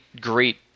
great